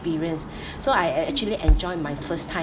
experience so I I actually enjoy my first time